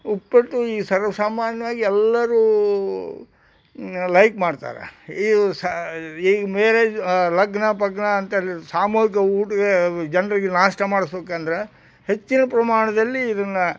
ಉಪ್ಪಿಟ್ಟು ಈ ಸರ್ವೆ ಸಾಮಾನ್ಯವಾಗಿ ಎಲ್ಲರು ಲೈಕ್ ಮಾಡ್ತಾರೆ ಈ ಸ ಈ ಮೇರೇಜು ಲಗ್ನ ಪಗ್ನ ಅಂತೆಲ್ಲ ಸಾಮೂಹಿಕ ಊಟಕ್ಕೆ ಜನರಿಗೆ ನಾಷ್ಟ ಮಾಡಿಸೋಕಂದ್ರೆ ಹೆಚ್ಚಿನ ಪ್ರಮಾಣದಲ್ಲಿ ಇದನ್ನು